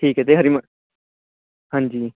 ਠੀਕ ਹੈ ਅਤੇ ਹਰੀ ਮ ਹਾਂਜੀ